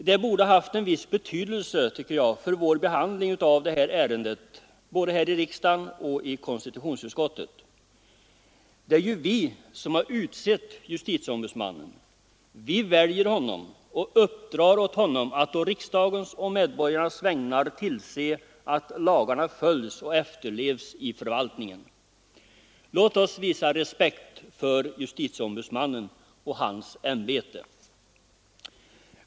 Det borde ha haft en viss betydelse, tycker jag, för vår behandling av detta ärende i konstitutionsutskottet och här i kammaren. Det är vi som har utsett justitieombudsmannen. Vi väljer honom och uppdrar åt honom att på riksdagens och medborgarnas vägnar tillse att lagarna efterlevs i förvaltningen. Låt oss visa respekt för justitieombudsmannen och hans ämbete!